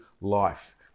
life